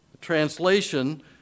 Translation